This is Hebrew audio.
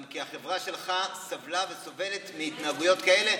גם כי החברה שלך סבלה וסובלת מהתנהגויות כאלה,